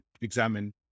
examine